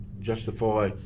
justify